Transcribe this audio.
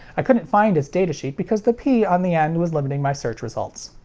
i couldn't find its datasheet because the p on the end was limiting my search results.